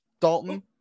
Dalton